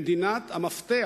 למדינת המפתח